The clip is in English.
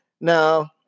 Now